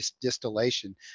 distillation